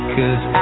Cause